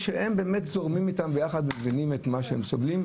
שבאמת זורמים איתם ביחד ומבינים את הסבל שלהם.